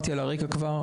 אמריקאי.